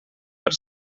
per